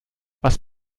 was